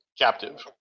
captive